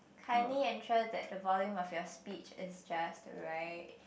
kindly ensure that the volume of your speech is just right